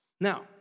Now